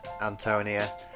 Antonia